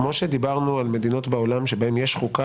כמו שדיברנו על מדינות בעולם בהן יש חוקה